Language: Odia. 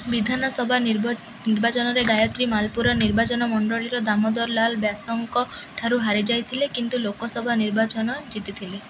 ବିଧାନସଭା ନିର୍ବାଚନରେ ଗାୟତ୍ରୀ ମାଲପୁରା ନିର୍ବାଚନ ମଣ୍ଡଳୀର ଦାମୋଦର ଲାଲ ବ୍ୟାସଙ୍କ ଠାରୁ ହାରି ଯାଇଥିଲେ କିନ୍ତୁ ଲୋକସଭା ନିର୍ବାଚନ ଜିତିଥିଲେ